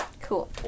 Cool